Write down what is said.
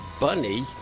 Bunny